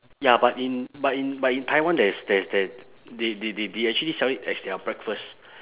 ya but in but in but in taiwan there's there's there they they they they actually sell it as their breakfast